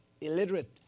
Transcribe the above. illiterate